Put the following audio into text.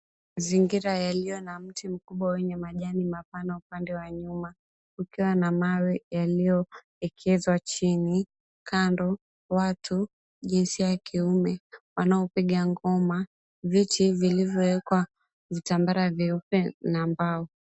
Mazingira yalio na mti mkubwa wenye majani mapana upande wa nyuma kukiwa na mawe yaliyowekezwa chini. Kando, watu jinsia ya kiume wanaopiga ngoma. Viti vilivyowekwa vitambara vyeupe na mbao.